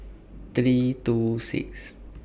three two six